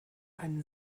einen